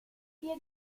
figlia